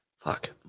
fuck